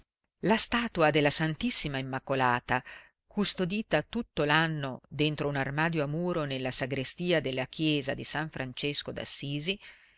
la statua della ss immacolata custodita tutto l'anno dentro un armadio a muro nella sagrestia della chiesa di s francesco